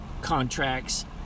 contracts